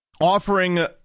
offering